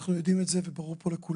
אנחנו יודעים את זה וברור פה לכולם.